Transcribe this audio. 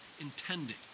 intending